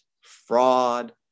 fraud